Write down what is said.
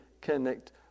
connect